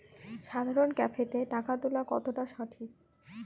সাধারণ ক্যাফেতে টাকা তুলা কতটা সঠিক?